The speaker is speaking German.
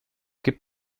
gib